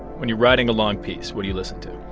when you're writing a long piece, what do you listen to?